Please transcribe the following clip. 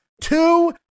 two